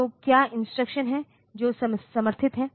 तो क्या इंस्ट्रक्शंस हैं जो समर्थित हैं